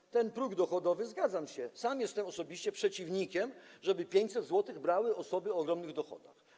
Co do tego progu dochodowego zgadzam się, sam jestem osobiście przeciwnikiem, żeby 500 zł brały osoby o ogromnych dochodach.